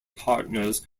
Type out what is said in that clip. partners